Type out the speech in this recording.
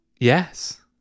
Yes